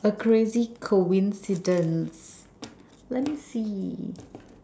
a crazy coincidence let me see